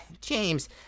James